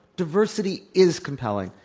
diversity is compelling.